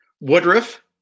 Woodruff